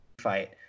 fight